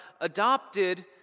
adopted